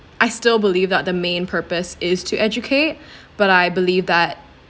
I still believe that the main purpose is to educate but I believe that